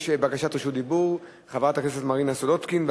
יש בקשת רשות דיבור חברת הכנסת מרינה סולודקין,